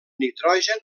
nitrogen